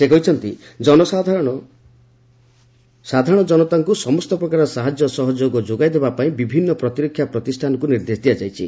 ସେ କହିଛନ୍ତି ସାଧାରଣ ଜନତାଙ୍କ ସମସ୍ତ ପ୍ରକାର ସାହାଯ୍ୟ ସହଯୋଗ ଯୋଗାଇ ଦେବା ପାଇଁ ବିଭିନ୍ନ ପ୍ରତିରକ୍ଷା ପ୍ରତିଷ୍ଠାନକୁ ନିର୍ଦ୍ଦେଶ ଦିଆଯାଇଛି